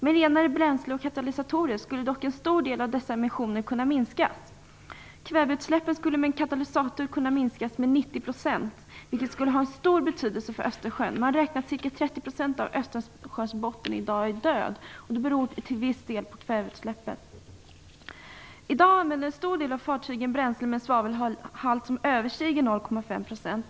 Med renare bränsle och katalysatorer skulle dock en stor del av dessa emissioner kunna minskas. Kväveutsläppen skulle med en katalysator kunna minskas med 90 %, vilket skulle ha stor betydelse för Östersjön. Man räknar med att ca 30 % av Östersjöns botten i dag är död. Det beror till viss del på kväveutsläppen. I dag använder en stor del av fartygen bränsle med en svavelhalt som överstiger 0,5 %.